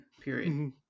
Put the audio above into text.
period